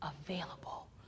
available